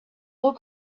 look